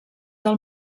del